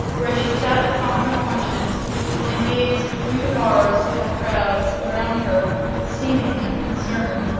where she sat upon her haunches and gazed through the bars at the crowds around her, with seeming unconcern.